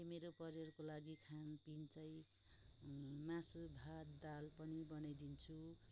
मैले मेरो परिवारको लागि खानपिन चाहिँ मासु भात दाल पनि बनाइदिन्छु